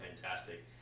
fantastic